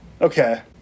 Okay